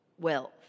wealth